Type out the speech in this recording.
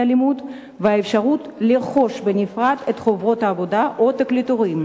הלימוד והאפשרות לרכוש בנפרד את חוברות העבודה או התקליטורים.